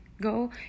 go